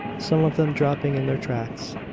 some of them dropping in their tracks.